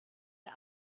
der